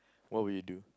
what would you do